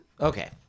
Okay